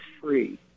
free